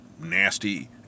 nasty